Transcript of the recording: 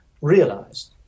realized